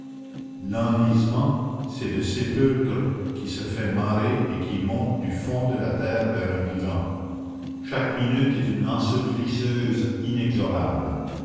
l'enlisement c'est le sépulcre qui se fait marée et qui monte du fond de la terre vers un vivant chaque minute est une ensevelisseuse inexorable